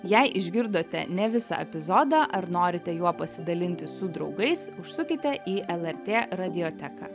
jei išgirdote ne visą epizodą ar norite juo pasidalinti su draugais užsukite į lrt radioteką